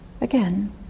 again